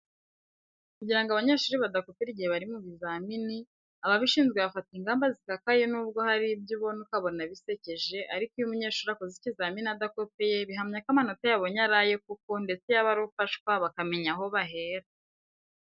Kugira ngo abanyeshuri badakopera igihe bari mu kizamini, ababishinzwe bafata ingamba zikakaye nubwo hari ibyo ubona ukabona bisekeje ariko iyo umunyeshuri akoze ikizamini adakopeye bihamya ko amanota yabonye ari aye koko ndetse yaba ari ufashwa bakamenya aho bahera.